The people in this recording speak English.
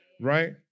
right